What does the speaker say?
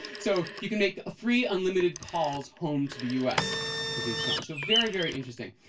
so you can make free unlimited calls home to the us with these phones. so, very, very interesting.